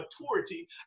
maturity